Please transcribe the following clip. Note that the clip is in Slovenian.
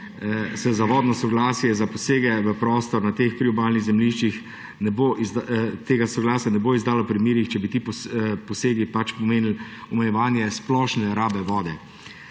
se za vodno soglasje za posege v prostor na teh priobalnih zemljiščih tega soglasja ne bo izdalo v primerih, če bi ti posegi pač pomenili omejevanje splošne rabe vode.